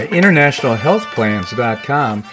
internationalhealthplans.com